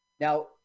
Now